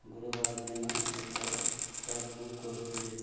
ଗୁରୁବାର ଦିନ ଏକ କ୍ୟାବ୍ ବୁକ୍ କରିଥିଲି